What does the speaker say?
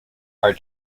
are